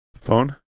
Phone